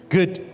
Good